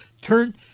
Turn